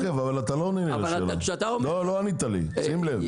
לא ענית לשאלה.